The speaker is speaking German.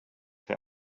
der